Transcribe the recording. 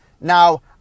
Now